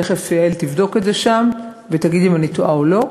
תכף יעל תבדוק את זה שם ותגיד אם אני טועה או לא.